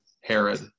Herod